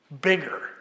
bigger